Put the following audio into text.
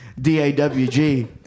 D-A-W-G